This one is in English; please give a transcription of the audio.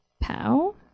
Pow